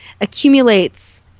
accumulates